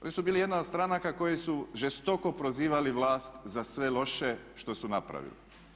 Oni su bili jedna od stranka koji su žestoko prozivali vlast za sve loše što su napravili.